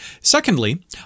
Secondly